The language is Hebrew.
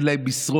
אין להם משרות.